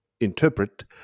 interpret